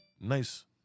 nice